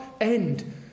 end